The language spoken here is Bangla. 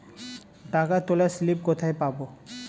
টাকা তোলার স্লিপ কোথায় পাব?